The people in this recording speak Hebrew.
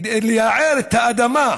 שזה כדי ליער את האדמה,